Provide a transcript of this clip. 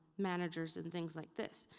managers, and things like this.